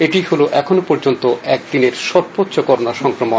এটিই হলো এখনো পর্যন্ত একদিনে সর্বোষ্চ করোনা সংক্রমণ